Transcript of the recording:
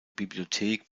bibliothek